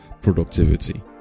productivity